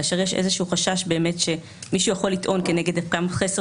כאשר יש איזשהו חשש שמישהו יכול לטעון כנגד פגם או חסר